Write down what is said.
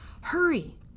Hurry